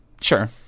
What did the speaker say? sure